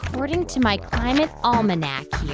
according to my climate almanac